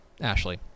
Ashley